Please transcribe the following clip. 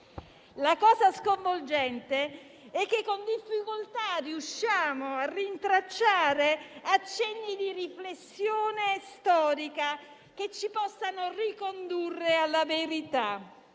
La cosa sconvolgente è che con difficoltà riusciamo a rintracciare accenni di riflessione storica che ci possano ricondurre alla verità.